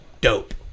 dope